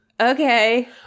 okay